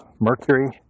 Mercury